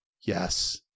Yes